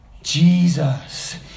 Jesus